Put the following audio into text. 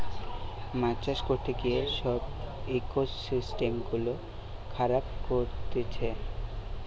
মাছ চাষ করতে গিয়ে সব ইকোসিস্টেম গুলা খারাব করতিছে